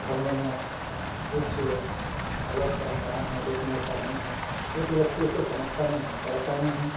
धर्म में कुछ गलत परम्पराएँ हैं लेकिन ऐसा नहीं है क्योंकि व्यक्ति उसे समझता नहीं है पढ़ता नहीं है